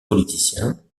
politicien